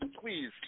please